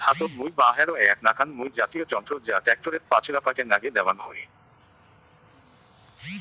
ধাতব মই বা হ্যারো এ্যাক নাকান মই জাতীয় যন্ত্র যা ট্যাক্টরের পাচিলাপাকে নাগে দ্যাওয়াং হই